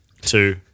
two